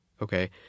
okay